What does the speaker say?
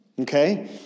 Okay